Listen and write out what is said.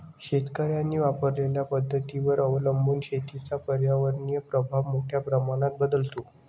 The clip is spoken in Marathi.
शेतकऱ्यांनी वापरलेल्या पद्धतींवर अवलंबून शेतीचा पर्यावरणीय प्रभाव मोठ्या प्रमाणात बदलतो